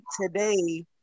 today